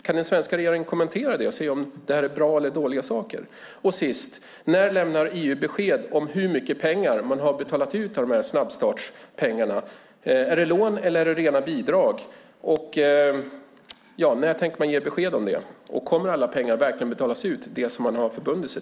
Kan den svenska regeringen kommentera det och säga om det här är bra eller dåliga saker? Och sist: När lämnar EU besked om hur mycket pengar man har betalat ut av snabbstartspengarna? Är det lån, eller är det rena bidrag? När tänker man ge besked om det? Kommer alla pengar verkligen att betalas ut, det som man har förbundit sig?